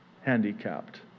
Handicapped